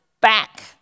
back